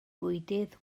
bwydydd